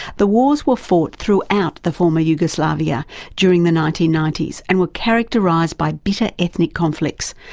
the wars were fought throughout the former yugoslavia during the nineteen ninety s and were characterised by bitter ethnic conflicts,